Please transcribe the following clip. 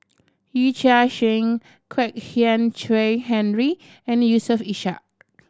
Yee Chia Hsing Kwek Hian Chuan Henry and Yusof Ishak